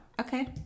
Okay